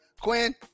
Quinn